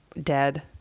dead